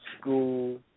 School